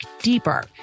deeper